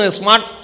smart